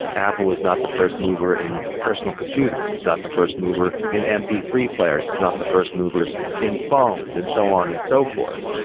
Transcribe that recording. apple is not the first mover in personal computers. it's not the first mover in m p three players. it's not the first movers in phones, and so on and so forth.